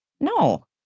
No